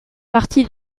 partie